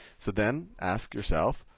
so then ask yourself,